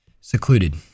secluded